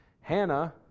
Hannah